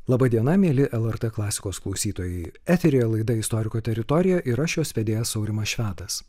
laba diena mieli lrt klasikos klausytojai eteryje laida istoriko teritorija ir aš jos vedėjas aurimas švedas